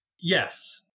Yes